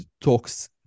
Talks